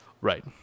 Right